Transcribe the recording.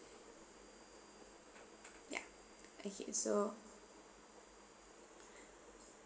ya okay so